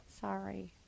sorry